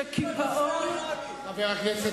שקיפאון, מה עשית?